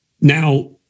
now